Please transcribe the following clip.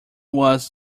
was